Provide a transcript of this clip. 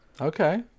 Okay